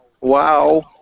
Wow